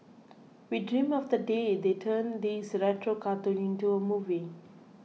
we dream of the day they turn this retro cartoon into a movie